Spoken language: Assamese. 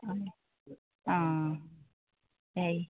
অঁ অঁ অঁ হেৰি